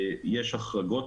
יש החרגות,